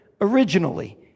originally